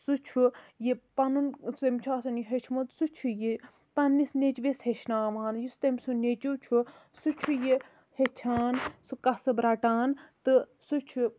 سُہ چھُ یہِ پَنُن تٔمۍ چھ آسان یہِ ہیوٚچھمُت سُہ چھُ یہِ پَننِس نیٚچوِس ہیٚچھناوان یُس تٔمۍ سُنٛد نیٚچوٗ چھُ سُہ چھُ یہِ ہیٚچھان قصٕب رَٹان تہٕ سُہ چھُ